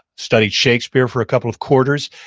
studied shakespeare for a couple of quarters,